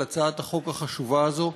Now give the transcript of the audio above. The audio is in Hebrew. על הצעת החוק החשובה הזאת.